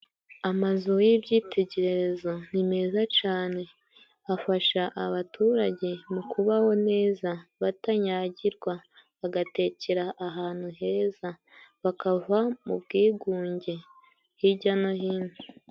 Amazu y'ibyitegererezo ni meza cane afasha abaturage mu kubaho neza batanyagirwa, bagatekera ahantu heza, bakava mu bwigunge hijya no hino.